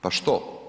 Pa što?